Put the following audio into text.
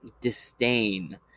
disdain